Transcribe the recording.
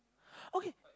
okay